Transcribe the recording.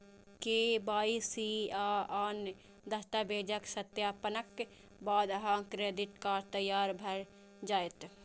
KYC आ आन दस्तावेजक सत्यापनक बाद अहांक क्रेडिट कार्ड तैयार भए जायत